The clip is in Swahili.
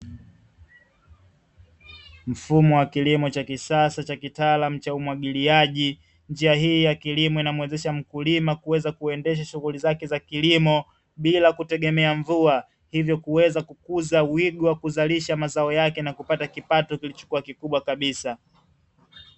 Mfumo wa kilimo cha kisasa cha kitaalamu cha umwagiliaji, njia hii ya kilimo inamwezesha mkulima kuweza kuendesha shughuli zake za kilimo, bila kutegemea mvua. Hivyo kuweza kukuza wigo wa kuzalisha mazao yake na kupata kipato kilichokua kikubwa kabisa.